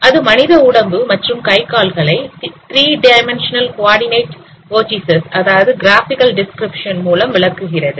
அது மனித உடம்பு மற்றும் கைகால்களை 3D குவாடிநெட் வேர்டிசெஸ் அதாவது கிராபிகல் டிஸ்கிரிப்க்ஷன் மூலம் விளக்குகிறது